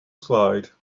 slide